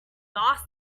boss